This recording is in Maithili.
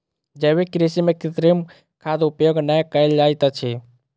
जैविक कृषि में कृत्रिम खादक उपयोग नै कयल जाइत अछि